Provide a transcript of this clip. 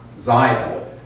Zion